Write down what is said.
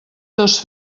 dos